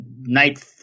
night